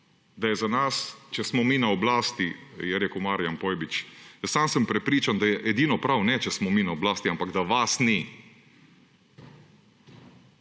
da je za nas, če smo mi na oblasti, je rekel Marijan Pojbič. Sam sem prepričan, da je edino prav, ne če smo mi na oblasti, ampak da vas ni,